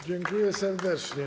Dziękuję serdecznie.